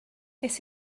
wnes